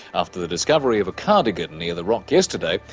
after the discovery of a cardigan near the rock yesterday,